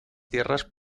tierras